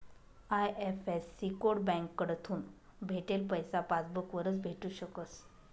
IFSC code बँककडथून भेटेल पैसा पासबूक वरच भेटू शकस